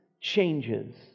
changes